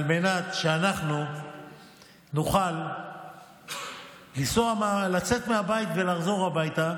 על מנת שאנחנו נוכל לצאת מהבית ולחזור הביתה.